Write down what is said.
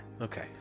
Okay